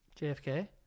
JFK